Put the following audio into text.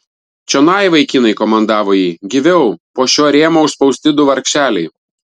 čionai vaikinai komandavo ji gyviau po šiuo rėmo užspausti du vargšeliai